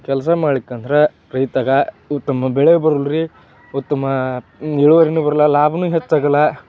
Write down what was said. ಕೆಲಸ ಮಾಡ್ಲಿಕ್ಕಂದ್ರೆ ರೈತಗೆ ಉತ್ತಮ ಬೆಳೆ ಬರಲ್ಲ ರಿ ಉತ್ತಮ ಇಳುವರಿಯೂ ಬರಲ್ಲ ಲಾಭವೂ ಹೆಚ್ಚಾಗಲ್ಲ